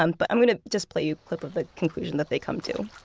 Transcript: um but i'm going to just play you a clip of a conclusion that they come to